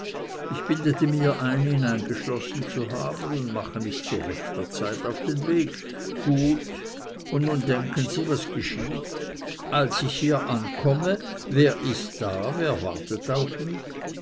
ich bildete mir ein ihn eingeschlossen zu haben und mache mich zu rechter zeit auf den weg gut und nun denken sie was geschieht als ich hier ankomme wer ist da wer wartet auf mich